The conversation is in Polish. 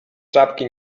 czapki